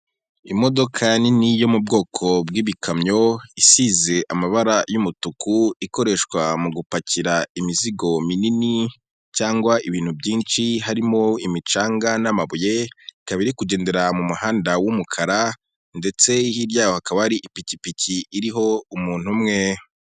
Imodoka nini yo mu bwoko bw'ibikamyo isize amabara y'umutuku ikoreshwa mu gupakira imizigo minini cyangwa ibintu byinshi harimo imicanga n'amabuye, ikaba iri kugendera mu muhanda w'umukara ndetse hirya yaho hakaba hari ipikipiki iriho umuntu umwe.